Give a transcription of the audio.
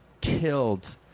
killed